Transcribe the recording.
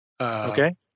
Okay